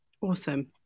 awesome